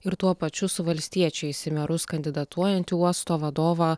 ir tuo pačiu su valstiečiais į merus kandidatuojantį uosto vadovą